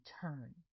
turn